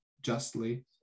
justly